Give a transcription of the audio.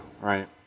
right